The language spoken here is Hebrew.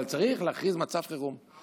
אבל צריך להכריז מצב חירום.